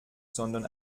sondern